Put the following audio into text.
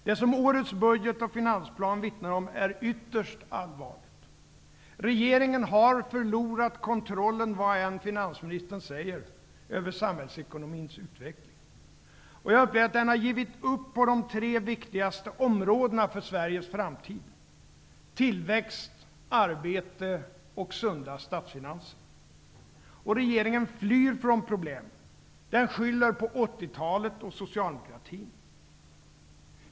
Det som årets budget och finansplan vittnar om är ytterst allvarligt. Regeringen har förlorat kontrollen, vad än finansministern säger, över samhällsekonomins utveckling. Den har givit upp på de tre för Sveriges framtid viktigaste områdena: tillväxt, arbete och sunda statsfinanser. Regeringen flyr från problemen. Den skyller på 80 talet och socialdemokratin.